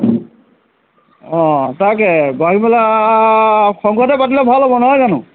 অঁ তাকে বহাগী মেলা সংঘতে পাতিলে ভাল হ'ব নহয় জানো